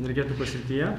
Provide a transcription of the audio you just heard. energetikos srityje